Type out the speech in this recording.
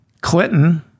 Clinton